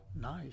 Nice